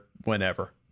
whenever